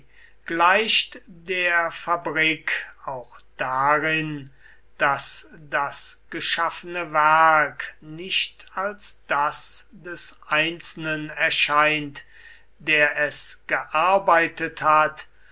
gleicht der fabrik auch darin daß das geschaffene werk nicht als das des einzelnen erscheint der es gearbeitet hat